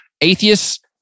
Atheists